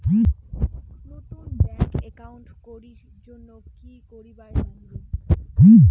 নতুন bank account করির জন্যে কি করিব নাগিবে?